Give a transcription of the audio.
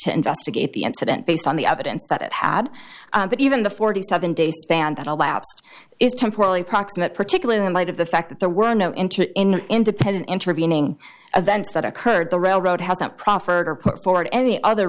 to investigate the incident based on the evidence that it had but even the forty seven day span that a lapse is temporarily proximate particularly in light of the fact that there were no interest in independent intervening events that occurred the railroad hasn't proffered or put forward any other